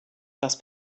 das